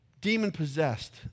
demon-possessed